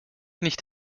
nicht